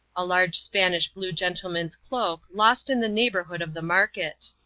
a large spanish blue gentleman's cloak lost in the neighborhood of the market.